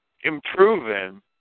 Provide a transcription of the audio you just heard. improving